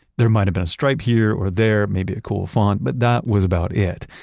there might of been a stripe here or there, maybe a cool font, but that was about it.